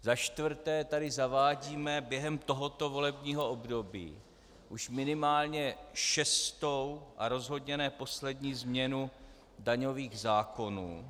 Za čtvrté tady zavádíme během tohoto volebního období už minimálně šestou a rozhodně ne poslední změnu daňových zákonů.